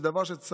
זה דבר שצריך